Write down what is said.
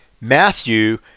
Matthew